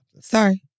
sorry